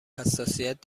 حساسیت